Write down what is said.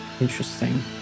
Interesting